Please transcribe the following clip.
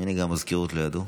הינה, גם במזכירות לא ידעו.